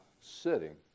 sitting